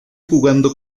jugando